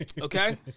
Okay